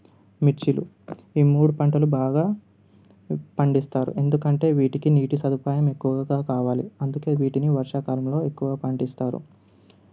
మిర్చీలు ఈ మూడు పంటలు బాగా పండిస్తారు ఎందుకంటే వీటికి నీటి సదుపాయం ఎక్కువగా కావాలి అందుకే వీటిని వర్షాకాలంలో ఎక్కువగా పండిస్తారు